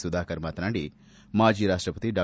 ಸುಧಾಕರ್ ಮಾತನಾಡಿ ಮಾಜಿ ರಾಷ್ಟಪತಿ ಡಾ